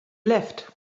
left